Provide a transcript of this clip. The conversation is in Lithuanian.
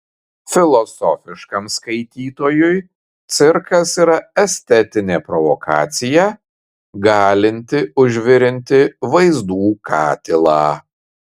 filosofiškam skaitytojui cirkas yra estetinė provokacija galinti užvirinti vaizdų katilą